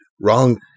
Wrong